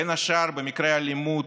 בין השאר במקרי האלימות,